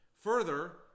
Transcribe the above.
Further